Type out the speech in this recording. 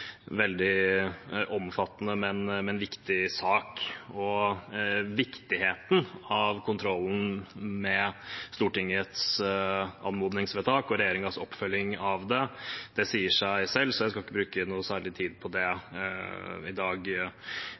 veldig omfattende og viktig sak. Viktigheten av kontrollen med Stortingets anmodningsvedtak og regjeringens oppfølging av det sier seg selv, så jeg skal ikke bruke noe særlig tid på det i dag.